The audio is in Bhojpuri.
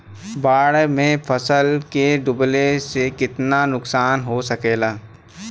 बाढ़ मे फसल के डुबले से कितना नुकसान हो सकेला?